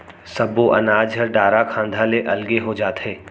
सब्बो अनाज ह डारा खांधा ले अलगे हो जाथे